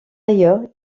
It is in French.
ailleurs